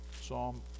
Psalm